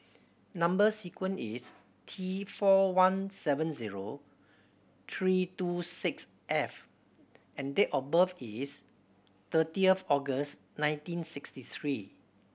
number sequence is T four one seven zero three two six F and date of birth is thirty of August nineteen sixty three